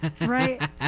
right